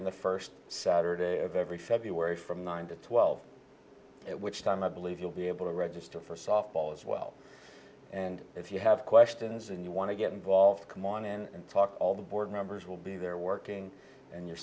the first saturday of every february from nine to twelve which time i believe you'll be able to register for softball as well and if you have questions and you want to get involved come on and talk all the board members will be there working and you're